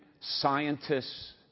scientists